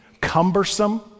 cumbersome